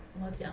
什么讲